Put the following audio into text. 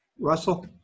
Russell